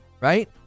right